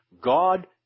God